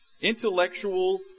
intellectual